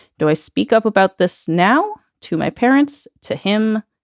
do i speak up about this now to my parents, to him,